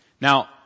Now